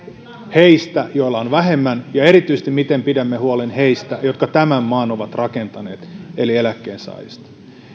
heistä joilla on vähemmän ja erityisesti sillä miten pidämme huolen heistä jotka tämän maan ovat rakentaneet eli eläkkeensaajista